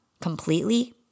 completely